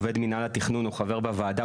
עובד מינהל התכנון או חבר בוועדה,